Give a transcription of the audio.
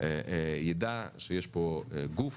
יידע שיש פה גוף